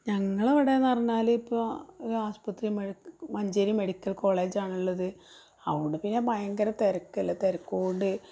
ഞങ്ങളെയവിടെ എന്നുപറഞ്ഞാൽ ഇപ്പോൾ ആശുപത്രി മഞ്ചേരി മെഡിക്കൽ കോളേജാണുള്ളത് അവിടെ പിന്നെ ഭയങ്കര തിരക്കല്ലേ തിരക്കുകൊണ്ട്